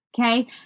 okay